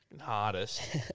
hardest